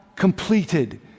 completed